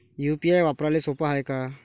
UPI वापराले सोप हाय का?